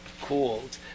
called